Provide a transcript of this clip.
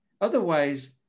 Otherwise